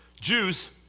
Jews